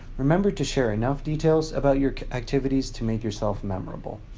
remember to share enough details about your activities to make yourself memorable.